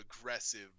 aggressive